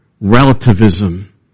Relativism